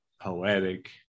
Poetic